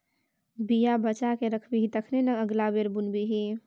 बीया बचा कए राखबिही तखने न अगिला बेर बुनबिही